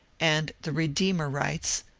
and the redeemerites,